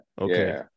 Okay